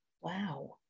Wow